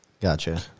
Gotcha